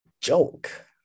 Joke